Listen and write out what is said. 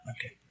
okay